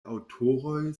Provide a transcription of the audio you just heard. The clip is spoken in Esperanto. aŭtoroj